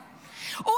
הוא,